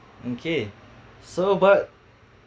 okay so but